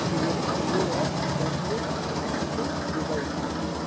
Paris new York Tokyo Mexico Dubai